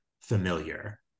familiar